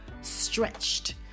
stretched